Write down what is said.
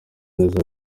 neza